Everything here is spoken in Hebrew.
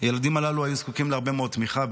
הילדים הללו היו זקוקים להרבה מאוד תמיכה,